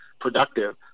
productive